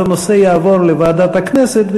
אז הנושא יעבור לוועדת הכנסת,